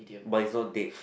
but it's not dead